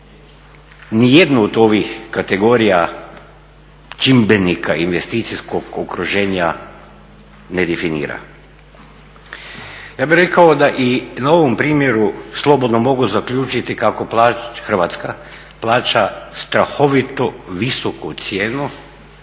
nijednu od ovih kategorija, čimbenika investicijskog okruženja ne definira. Ja bih rekao da i na ovom primjeru slobodno mogu zaključiti kako Hrvatska plaća strahovito visoku cijenu